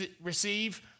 receive